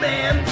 Man